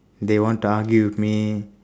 they want to argue with me